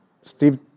Steve